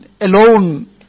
alone